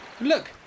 look